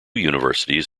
universities